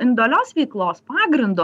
individualios veiklos pagrindu